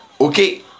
Okay